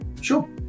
Sure